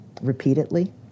repeatedly